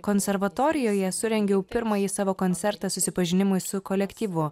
konservatorijoje surengiau pirmąjį savo koncertą susipažinimui su kolektyvu